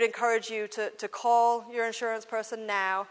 would encourage you to call your insurance person now